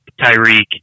Tyreek